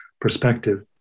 perspective